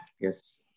yes